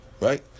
right